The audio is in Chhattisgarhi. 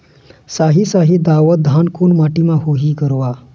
साही शाही दावत धान कोन माटी म होही गरवा?